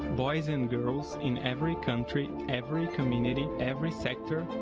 boys and girls, in every country, every community, every sector,